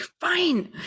fine